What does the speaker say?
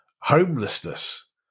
homelessness